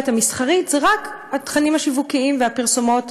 המסחרית זה רק התכנים השיווקיים והפרסומות,